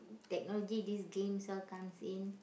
technology this games all comes in